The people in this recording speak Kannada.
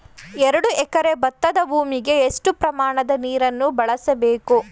ಎರಡು ಎಕರೆ ಭತ್ತದ ಭೂಮಿಗೆ ಎಷ್ಟು ಪ್ರಮಾಣದ ನೀರನ್ನು ಬಳಸಬೇಕು?